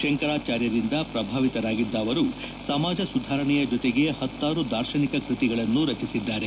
ಶಂಕರಾಚಾರ್ಯರಿಂದ ಪ್ರಭಾವಿತರಾಗಿದ್ದ ಅವರು ಸಮಾಜ ಸುಧಾರಣೆಯ ಜೊತೆಗೆ ಪತ್ತಾರು ದಾರ್ಶನಿಕ ಕೃತಿಗಳನ್ನು ರಚಿಸಿದ್ದಾರೆ